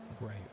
Right